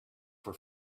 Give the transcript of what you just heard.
for